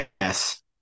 Yes